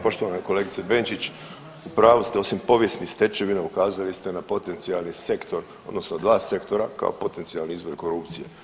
Poštovana kolegice Benčić, u pravu ste, osim povijesnih stečevina ukazali ste na potencionalni sektor odnosno dva sektora kao potencionalni izvor korupcije.